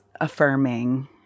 affirming